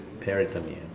Peritoneum